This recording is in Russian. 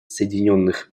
соединенных